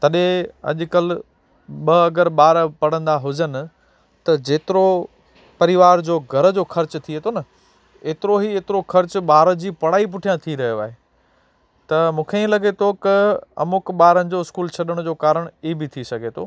तॾहिं अॼुकल्ह ॿ अगरि ॿार पढ़ंदा हुजनि त जेतिरो परिवार जो घर जो ख़र्च थिए थो न एतिरो ई एतिरो ख़र्च ॿार जी पढ़ाई जे पुठियां थी रहियो आहे त मूंखे ईअं लॻे पियो त अमुक ॿारनि जो स्कूल छॾण जो कारण ई बिह थी सघे थो